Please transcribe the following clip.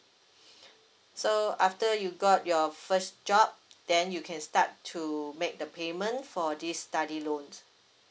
so after you got your first job then you can start to make the payment for this study loan